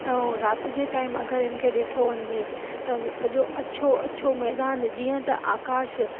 ऐं राति जे टाइम अगरि इनखे ॾिठो वञिजे त सॼो अछो अछो मैदान जीअं त आकाश